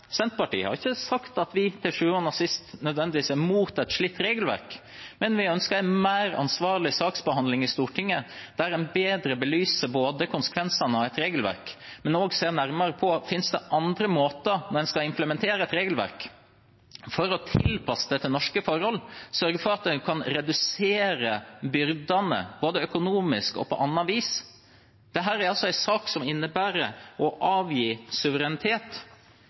Senterpartiet har ikke sagt at vi til syvende og sist nødvendigvis er imot et slikt regelverk, men vi ønsker en mer ansvarlig saksbehandling i Stortinget, der en bedre belyser konsekvensene av et regelverk og også ser nærmere på om det, når en skal implementere et regelverk, finnes andre måter å tilpasse det til norske forhold på – sørge for at en kan redusere byrdene både økonomisk og på annet vis. Dette er altså en sak som innebærer å avgi suverenitet